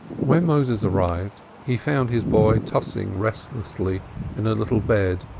when moses arrived he found his boy tossing restlessly in a little bed,